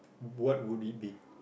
what would it be